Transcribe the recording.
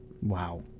Wow